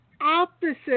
opposite